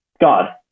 God